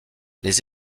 les